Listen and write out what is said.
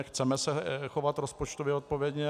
Chceme se chovat rozpočtově odpovědně.